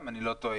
אם אני לא טועה.